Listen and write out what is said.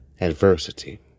Adversity